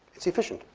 it's efficient.